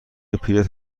پیرت